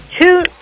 two